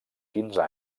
quinze